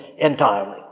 entirely